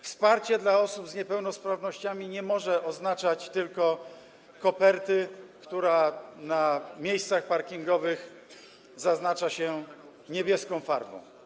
Wsparcie dla osób z niepełnosprawnościami nie może oznaczać tylko koperty, którą na miejscach parkingowych zaznacza się niebieską farbą.